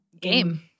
game